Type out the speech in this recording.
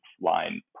line